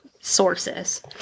sources